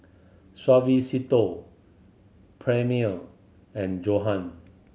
Suavecito Premier and Johan